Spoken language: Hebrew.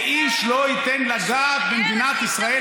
ואיש לא ייתן לגעת במדינת ישראל,